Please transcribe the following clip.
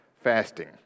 fasting